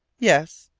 yes!